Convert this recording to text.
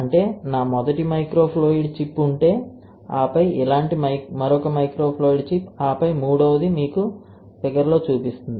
అంటే నా మొదటి మైక్రోఫ్లూయిడ్ చిప్ ఉంటే ఆపై ఇలాంటి మరొక మైక్రోఫ్లూయిడ్ చిప్ ఆపై మూడవది మీకు ఫిగర్ చూపిస్తుంది